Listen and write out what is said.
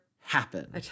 happen